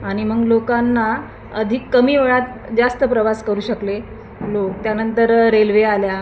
आणि मग लोकांना अधिक कमी वेळात जास्त प्रवास करू शकले लोक त्यानंतर रेल्वे आल्या